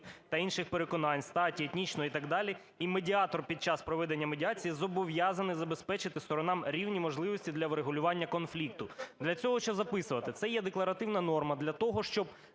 та інших переконань, статі, етнічного…" - і так далі. І "медіатор під час проведення медіації зобов'язаний забезпечити сторонам рівні можливості для врегулювання конфлікту". Для чого це записувати? Це є декларативна норма для того, щоб